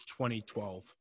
2012